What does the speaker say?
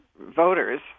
voters